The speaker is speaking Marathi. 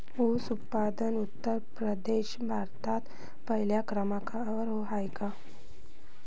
ऊस उत्पादनात उत्तर प्रदेश भारतात पहिल्या क्रमांकावर आहे